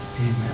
Amen